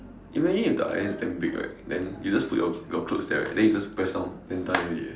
imagine if the iron is damn big right then you just put your your clothes there then you just press down then done already eh